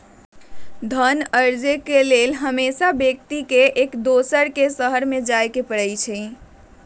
धन अरजे के लेल हरसठ्हो व्यक्ति के एक दोसर के शहरमें जाय के पर जाइ छइ